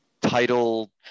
title